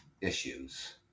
issues